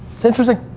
it's interesting.